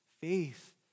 faith